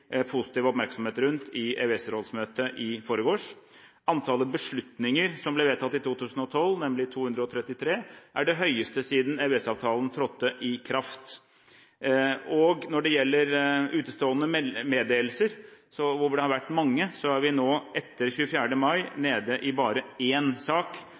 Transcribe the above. positiv oppmerksomhet rundt i EØS-rådsmøtet i forgårs. Antallet beslutninger som ble vedtatt i 2012, nemlig 233, er det høyeste siden EØS-avtalen trådte i kraft. Når det gjelder utestående meddelelser, hvor det har vært mange, er vi nå etter 24. mai nede i bare én sak,